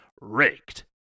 raked